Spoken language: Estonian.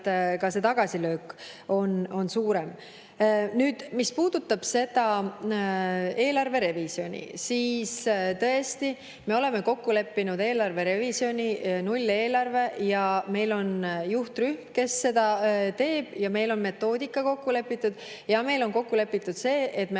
on tagasilöök suurem. Mis puudutab eelarve revisjoni, siis tõesti, me oleme kokku leppinud eelarve revisjoni, nulleelarve. Meil on juhtrühm, kes seda teeb, ja meil on metoodika kokku lepitud. Meil on kokku lepitud ka see, et me